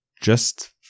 Just